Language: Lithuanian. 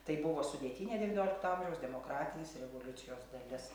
tai buvo sudėtinė devyniolikto amžiaus demokratinės revoliucijos dalis